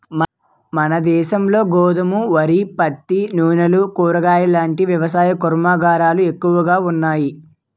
మనదేశంలో గోధుమ, వరి, పత్తి, నూనెలు, కూరగాయలాంటి వ్యవసాయ కర్మాగారాలే ఎక్కువగా ఉన్నాయి